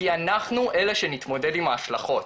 כי אנחנו אלה שנתמודד עם ההשלכות,